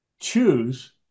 choose